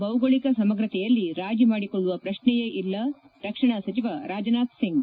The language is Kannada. ಭೌಗೋಳಿಕ ಸಮಗ್ರತೆಯಲ್ಲಿ ರಾಜಿ ಮಾಡಿಕೊಳ್ಳುವ ಪ್ರಶ್ನೆಯೇ ಇಲ್ಲ ರಕ್ಷಣಾ ಸಚಿವ ರಾಜನಾಥ್ ಸಿಂಗ್